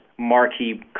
marquee